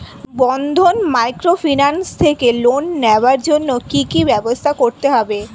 বন্ধন microfinance থেকে loan নেওয়ার জন্য কি কি ব্যবস্থা করতে হবে?